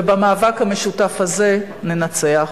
ובמאבק המשותף הזה ננצח.